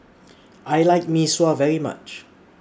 I like Mee Sua very much